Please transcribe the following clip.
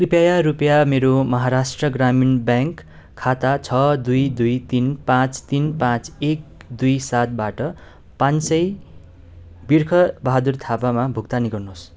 कृपया रुपियाँ मेरो महाराष्ट्र ग्रामीण ब्याङ्क खाता छ दुई दुई तिन पाँच तिन पाँच एक दुई सातबाट पाँच सय बिर्खबहादुर थापामा भुक्तानी गर्नुहोस्